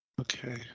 Okay